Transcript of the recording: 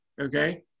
Okay